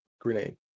grenade